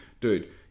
dude